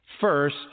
first